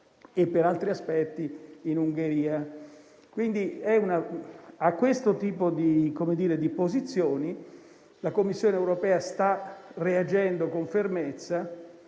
e per altri aspetti in Ungheria. A questo tipo di posizioni la Commissione europea sta reagendo con fermezza